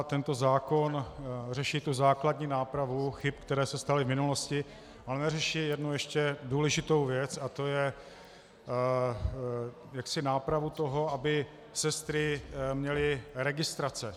Tento zákon řeší základní nápravu chyb, které se staly v minulosti, ale neřeší jednu ještě důležitou věc, a to je nápravu toho, aby sestry měly registrace.